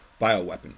bioweapon